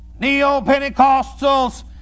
Neo-Pentecostals